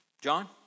John